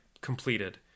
completed